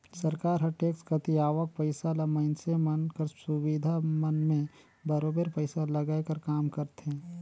सरकार हर टेक्स कती आवक पइसा ल मइनसे मन कर सुबिधा मन में बरोबेर पइसा लगाए कर काम करथे